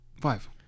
Five